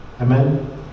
Amen